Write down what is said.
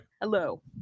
Hello